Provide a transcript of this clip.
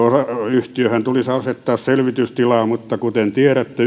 yhtiöhän tulisi asettaa selvitystilaan mutta kuten tiedätte